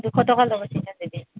দুশ টকা ল'ব চিধা চিধি